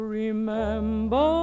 remember